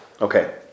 Okay